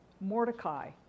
Mordecai